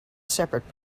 separate